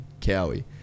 Cowie